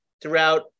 throughout